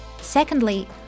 Secondly